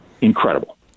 incredible